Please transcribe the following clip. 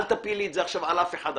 אל תפיל לי את זה עכשיו על אף אחד אחר.